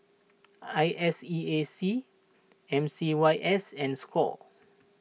I S E A C M C Y S and Score